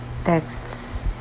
texts